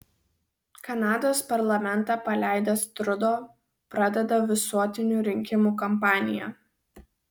kanados parlamentą paleidęs trudo pradeda visuotinių rinkimų kampaniją